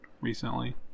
recently